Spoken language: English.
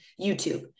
YouTube